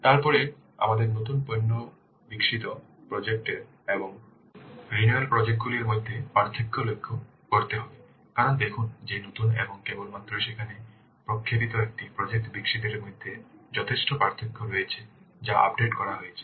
তারপরে আমাদের নতুন পণ্য বিকশিত প্রজেক্ট এবং পুনর্নবীকরণ প্রজেক্ট গুলির মধ্যে পার্থক্য লক্ষ্য করতে হবে কারণ দেখুন যে নতুন এবং কেবল মাত্র সেখানে প্রক্ষেপিত একটি প্রজেক্ট বিকশিতের মধ্যে যথেষ্ট পার্থক্য রয়েছে যা আপডেট করা হয়েছে